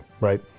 right